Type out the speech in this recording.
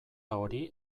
hori